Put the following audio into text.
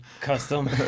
Custom